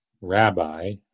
rabbi